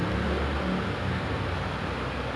letak like all their energy into the C_C_A